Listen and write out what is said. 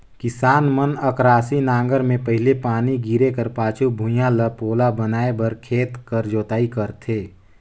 किसान मन अकरासी नांगर मे पहिल पानी गिरे कर पाछू भुईया ल पोला बनाए बर खेत कर जोताई करथे